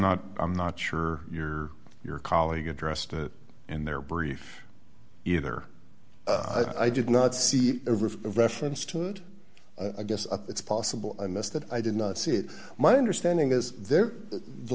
not i'm not sure your your colleague addressed it and their brief either i did not see reference to it i guess up it's possible i missed that i did not see it my understanding is there th